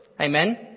Amen